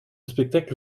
spectacle